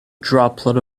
droplet